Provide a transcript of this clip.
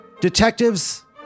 Detectives